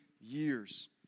years